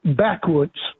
backwards